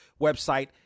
website